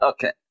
Okay